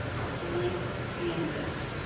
our blank canvas,